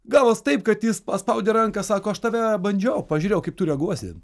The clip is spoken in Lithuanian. gavos taip kad jis paspaudė ranką sako aš tave bandžiau pažiūrėjau kaip tu reaguosi